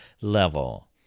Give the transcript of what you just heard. level